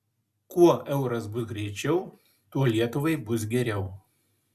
kuo euras bus greičiau tuo lietuvai bus geriau